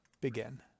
begin